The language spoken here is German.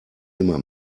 immer